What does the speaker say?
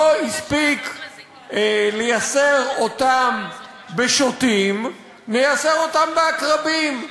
לא הספיק לייסר אותם בשוטים, נייסר אותם בעקרבים,